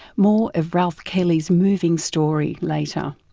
more of ralph kelly's moving story later.